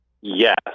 Yes